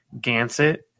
Gansett